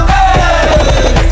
Hey